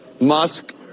Musk